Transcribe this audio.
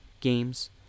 games